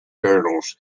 turtles